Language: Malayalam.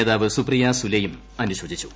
നേതാവ് സുപ്രിയ സുലെയും അനുശോചിച്ചു